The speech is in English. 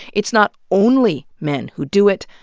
it's not only men who do it,